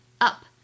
Up